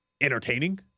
entertaining